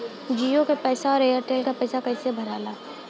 जीओ का पैसा और एयर तेलका पैसा कैसे भराला?